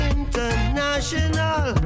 International